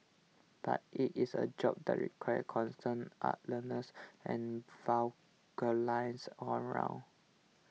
but E it's a job that requires constant alertness and vigilance all round